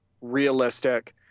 realistic